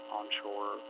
onshore